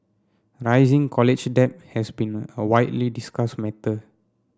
rising college debt has been a widely discuss matter